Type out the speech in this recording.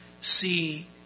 see